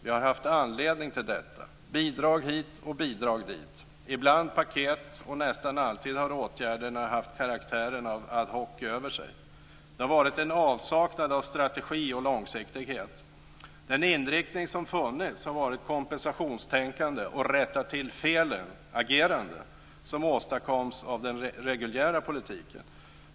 Vi har haft anledning till detta. Bidrag hit och bidrag dit - ibland paket - och nästan alltid har åtgärderna haft karaktären av ad hoc över sig. Det har varit en avsaknad av strategi och långsiktighet. Den inriktning som funnits har varit kompensationstänkande och rätta-till-felen-agerande, som åstadkoms av den reguljära politiken.